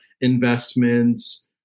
investments